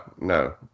no